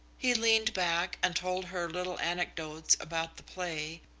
he leaned back and told her little anecdotes about the play,